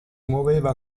muoveva